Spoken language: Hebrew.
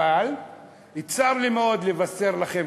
אבל צר לי מאוד לבשר לכם,